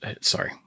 sorry